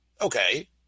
okay